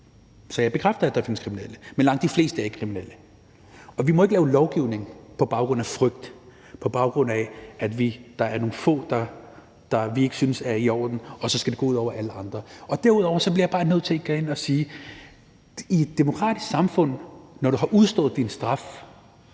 Så jeg bekræfter, at der findes kriminelle, men langt de fleste er ikke kriminelle. Og vi må ikke lave lovgivning på baggrund af frygt, på baggrund af at der er nogle få, vi ikke synes er i orden, og så lade det gå ud over alle de andre. Derudover bliver jeg bare nødt til igen at sige: I et demokratisk samfund er det sådan, at når du har udstået din straf,